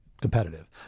competitive